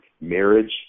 marriage